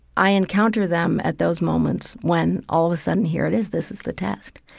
i encounter them at those moments when all of a sudden here it is. this is the test.